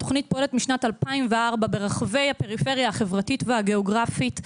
התוכנית פועלת משנת 2004 ברחבי הפריפריה החברתית והגיאוגרפית,